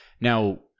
now